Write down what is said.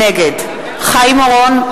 נגד חיים אורון,